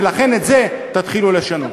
ולכן, את זה, תתחילו לשנות.